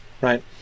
right